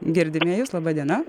girdime jus laba diena